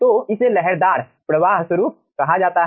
तो इसे लहरदार प्रवाह स्वरूप कहा जाता है